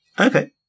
Okay